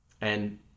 And-